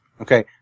Okay